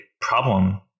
problem